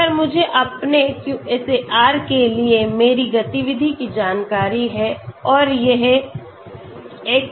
तो अगर मुझे अपने QSAR के लिए मेरी गतिविधि की जानकारी है और यह xs हैं